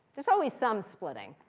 there's always some splitting.